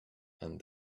and